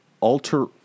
alter